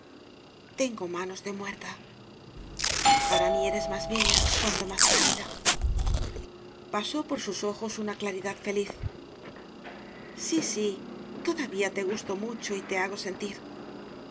tengo manos de muerta para mí eres más bella cuanto más pá lida pasó por sus ojos una claridad feliz sí sí todavía te gusto mucho y te hago sentir